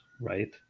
right